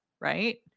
right